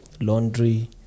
laundry